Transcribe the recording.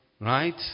right